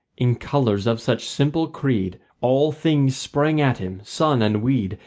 in colours of such simple creed all things sprang at him, sun and weed,